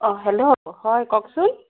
অঁ হেল্ল' হয় কওকচোন